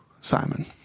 Simon